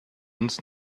uns